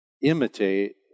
imitate